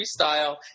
freestyle